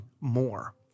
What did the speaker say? more